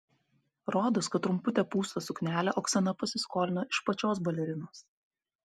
rodos kad trumputę pūstą suknelę oksana pasiskolino iš pačios balerinos